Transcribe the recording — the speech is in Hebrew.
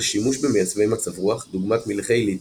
שימוש במייצבי מצב רוח דוגמת מלחי ליתיום.